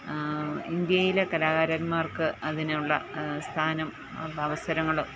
ഇന്ത്യയിലെ കലാകാരന്മാർക്ക് അതിനുള്ള സ്ഥാനം അവസരങ്ങൾ